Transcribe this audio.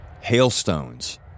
hailstones